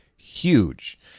huge